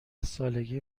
سالگی